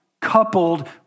coupled